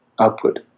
output